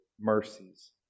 mercies